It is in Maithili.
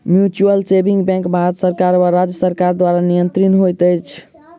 म्यूचुअल सेविंग बैंक भारत सरकार वा राज्य सरकार द्वारा नियंत्रित होइत छै